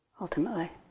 ultimately